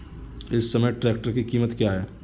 इस समय ट्रैक्टर की कीमत क्या है?